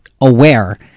aware